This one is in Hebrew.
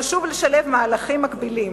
חשוב לשלב מהלכים מקבילים.